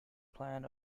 plan